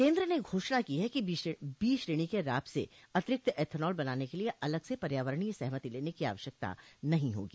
केन्द्र ने घोषणा की है कि बी श्रेणी के राब से अतिरिक्त एथेनॉल बनाने के लिए अलग से पर्यावरणीय सहमति लेने की आवश्यकता नहीं होगी